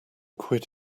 quit